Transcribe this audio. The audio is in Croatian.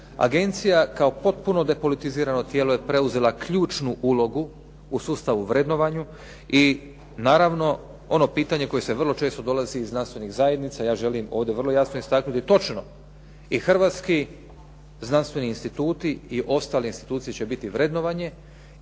Agencija kao potpuno depolitizirano tijelo je preuzela ključnu ulogu u sustavu vrednovanju i naravno ono pitanje koje se vrlo često dolazi iz znanstvenih zajednica ja želim ovdje vrlo jasno istaknuti točno i hrvatski znanstveni instituti i ostale institucije će biti vrednovane